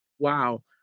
Wow